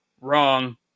wrong